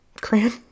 Cran